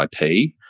IP